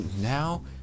now